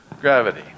gravity